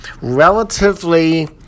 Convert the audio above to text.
relatively